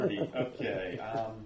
Okay